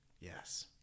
yes